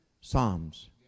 psalms